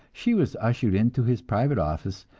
she was ushered into his private office,